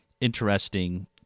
interesting